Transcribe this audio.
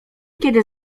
kiedy